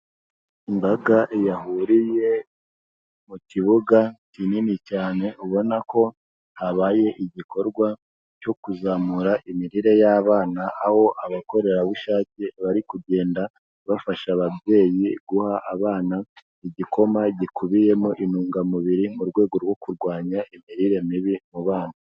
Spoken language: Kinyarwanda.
Imbaga yahuriye mu kibuga kinini cyane ubona ko habaye igikorwa cyo kuzamura imirire y'abana, aho abakorerabushake bari kugenda bafasha ababyeyi guha abana igikoma gikubiyemo intungamubiri mu rwego rwo kurwanya imirire mibi mu bana.